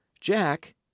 jack